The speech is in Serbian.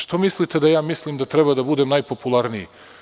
Što mislite da ja mislim da treba da budem najpopularniji?